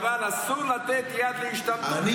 אבל אסור לתת יד להשתמטות של החרדים.